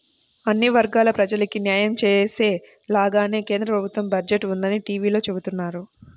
అన్ని వర్గాల ప్రజలకీ న్యాయం చేసేలాగానే కేంద్ర ప్రభుత్వ బడ్జెట్ ఉందని టీవీలో చెబుతున్నారు